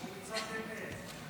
הוא מצד ימין.